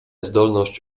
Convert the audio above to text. zdolność